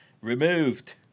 removed